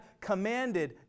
commanded